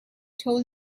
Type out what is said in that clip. told